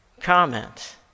comment